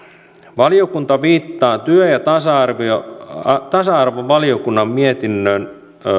valiokunta viittaa työ ja tasa arvovaliokunnan mietintöön